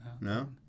No